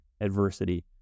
adversity